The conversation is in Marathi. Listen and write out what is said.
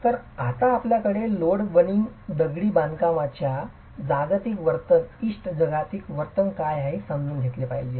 तर आता आपल्याकडे लोड वर्निंग दगडी बांधकामाच्या इमारतीत जागतिक वर्तन इष्ट जागतिक वर्तन काय आहे हे समजून घेतले पाहिजे